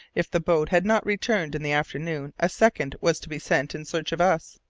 if the boat had not returned in the afternoon a second was to be sent in search of us.